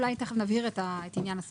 תיכף נבהיר את עניין הסמכות.